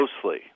closely